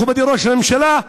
מכובדי ראש הממשלה,